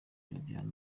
babyaranye